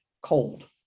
cold